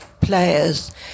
Players